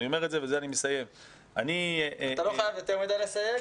אומר את זה ואסיים --- אתה לא חייב יותר מדי לסיים,